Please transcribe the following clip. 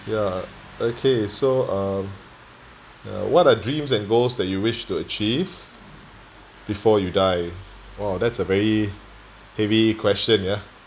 ya okay so um ya what are dreams and goals that you wish to achieve before you die !wah! that's a very heavy question ya